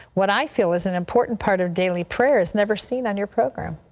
what i feel is an important part of daily prayer is never seen on your program.